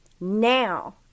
now